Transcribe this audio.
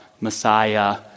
Messiah